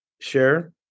share